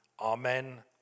Amen